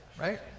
Right